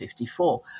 1954